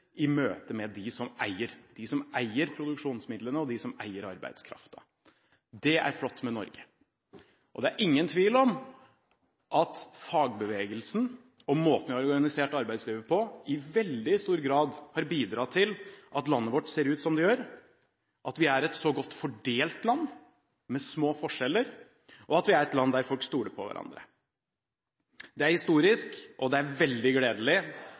i møte med dem som eier – de som eier produksjonsmidlene, og de som eier arbeidskraften. Det er flott med Norge. Det er ingen tvil om at fagbevegelsen og måten vi har organisert arbeidslivet på, i veldig stor grad har bidratt til at landet vårt ser ut som det gjør, at det er så godt fordelt i landet vårt, med små forskjeller, og at vi er et land der folk stoler på hverandre. Det er historisk, og det er veldig gledelig